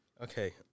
Okay